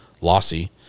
lossy